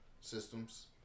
systems